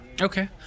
Okay